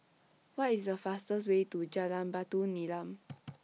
What IS The fastest Way to Jalan Batu Nilam